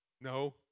No